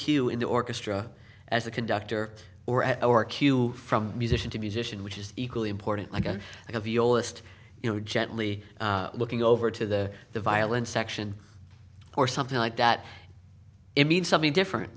cue in the orchestra as a conductor or at our cue from musician to musician which is equally important like a list you know gently looking over to the the violin section or something like that it means something different